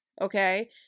okay